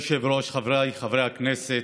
אדוני היושב-ראש, חבריי חברי הכנסת,